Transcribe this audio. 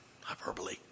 hyperbole